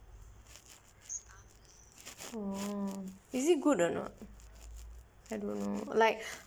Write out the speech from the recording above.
is it good or not I don't know like